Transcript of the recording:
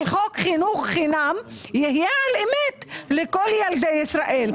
חוק חינוך חינם יהיה על אמת ויהיה לכל ילדי ישראל.